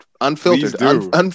Unfiltered